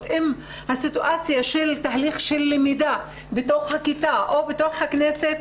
עם הסיטואציה של תהליך של למידה בתוך הכיתה או בתוך הכנסת,